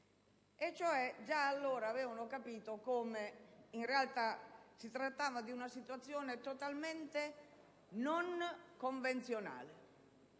già allora avevano capito come, in realtà, si trattasse di una situazione totalmente non convenzionale